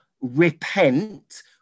repent